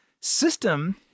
System